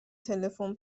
تلفن